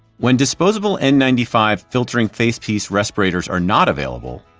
when disposable n ninety five filtering face piece respirators are not available,